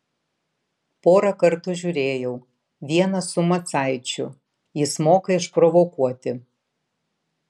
porą kartų žiūrėjau vieną su macaičiu jis moka išprovokuoti